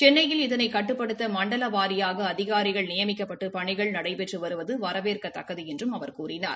சென்னையில் இதனை கட்டுப்படுத்த மண்டல வாரியாக அதிகாரிகள் நியமிக்கப்பட்டு பணிகள் நடைபெற்று வருவது வரவேற்கத்தக்கது என்றும் அவர் கூறினார்